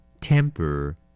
temper